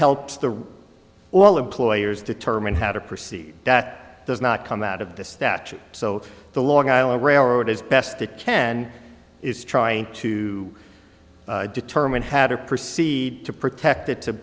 helps the all employers determine how to proceed that does not come out of this statute so the long island railroad as best it can and is trying to determine how to proceed to protect it to